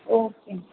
okay ma'am